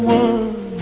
one